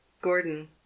Gordon